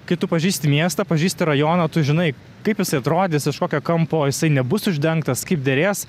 kai tu pažįsti miestą pažįsti rajoną tu žinai kaip jisai atrodys iš kokio kampo jisai nebus uždengtas kaip derės